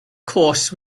course